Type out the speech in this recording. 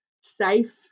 safe